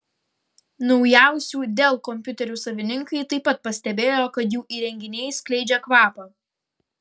naujausių dell kompiuterių savininkai taip pat pastebėjo kad jų įrenginiai skleidžia kvapą